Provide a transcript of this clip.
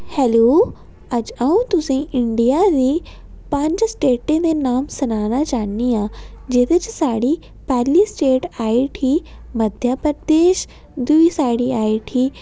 hello अज्ज अ'ऊं तुसेंगी इंडिया दी पंज स्टेटें दे नांऽ सनाना चाह्नी आं जेह्दे च साढ़ी पैह्ली स्टेट आई उठी मध्य प्रदेश दुई साढ़ी आई उठी